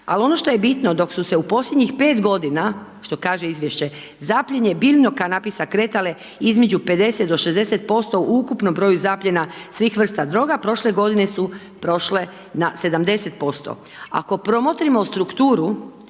Ali ono što je bitno, dok su se u posljednjih 5 g. što kaže izvješće zaplijene biljnog kanabisa kretale između 50-60% u ukupnom broju zapiljena svih vrsta droga, prošle godine su prošle na 70%. Ako promotrimo strukturu